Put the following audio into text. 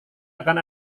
akan